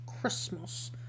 Christmas